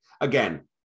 again